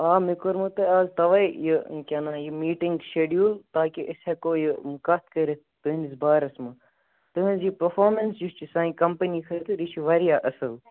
آ مے کٔرمو تۄہہِ آز تَوے یہِ کیاہ ونان یہِ میٹِنگ شڑوٗل تاکہِ أسۍ ہیٚکو یہِ کَتھ کٔرتھ تُہندس بارس منز تُہنز یہِ پٔرفارمنس یہِ چھِ سانہِ کَمپنی خٲطرٕیہِ چھِ واریاہ اصل